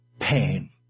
pain